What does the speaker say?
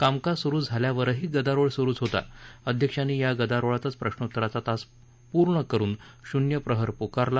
कामकाज सुरू झाल्यावरही गदारोळ सुरूच होता अध्यक्षांनी या गदारोळातच प्रश्नोत्तराचा तास पूर्ण करून शुन्यप्रहर पुकारला